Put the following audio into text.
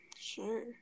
Sure